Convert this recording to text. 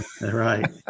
right